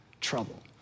trouble